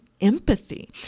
empathy